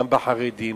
גם אצל החרדים,